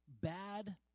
bad